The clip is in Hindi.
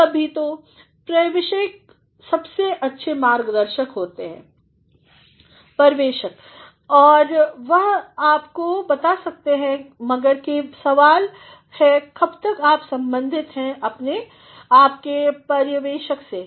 कभी कभी तोपर्यवेषकसबसे अच्छे मागदर्शकहोते हैं वह आपको बता भी सकते हैं मगर सवाल है कब तक आप सम्बंधित हैं आपके पर्यवेषकसे